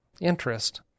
interest